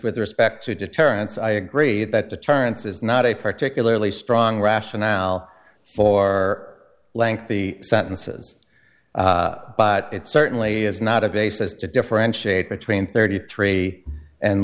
with respect to deterrence i agree that deterrence is not a particularly strong rationale for length the sentences it certainly is not a basis to differentiate between thirty three and